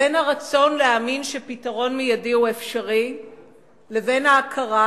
בין הרצון להאמין שפתרון מיידי הוא אפשרי לבין ההכרה,